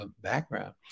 background